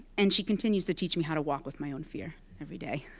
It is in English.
and she continues to teach me how to walk with my own fear every day.